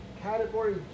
category